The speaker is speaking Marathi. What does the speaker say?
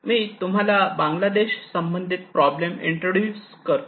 मी तुम्हाला बांगलादेश संबंधित प्रॉब्लेम इंट्रोड्युस करतो